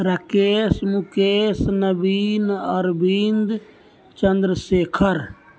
Rakesh Mukesh Naveen Arvind Chandrashekhar